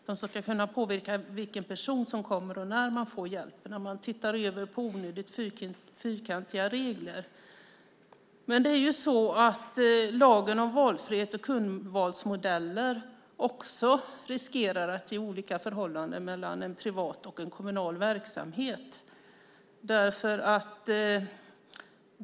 De ska kunna påverka vilken person som kommer och när man får hjälp. Man ska se över onödigt fyrkantiga regler. Lagen om valfrihet och kundvalsmodeller riskerar att ge olika förhållanden mellan en privat och en kommunal verksamhet.